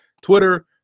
Twitter